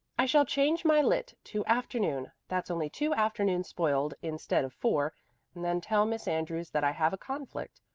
i shall change my lit. to afternoon that's only two afternoons spoiled instead of four and then tell miss andrews that i have a conflict.